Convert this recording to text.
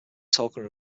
tolkien